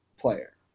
player